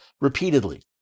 repeatedly